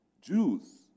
Jews